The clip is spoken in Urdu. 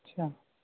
اچھا